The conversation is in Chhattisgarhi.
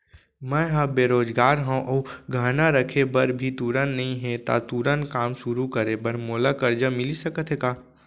मैं ह बेरोजगार हव अऊ गहना रखे बर भी तुरंत नई हे ता तुरंत काम शुरू करे बर मोला करजा मिलिस सकत हे का?